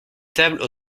table